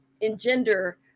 engender